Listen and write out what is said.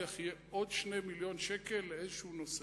עוד 2 מיליוני ש"ח לאיזשהו נושא.